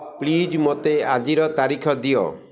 please ମୋତେ ଆଜିର ତାରିଖ ଦିଅ